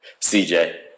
cj